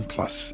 Plus